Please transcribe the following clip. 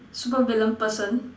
super villain person